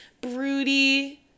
broody